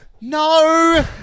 No